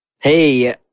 Hey